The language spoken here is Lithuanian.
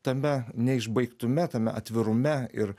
tame neišbaigtume tame atvirume ir